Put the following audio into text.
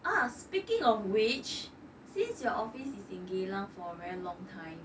ah speaking of which since your office is in geylang for very long time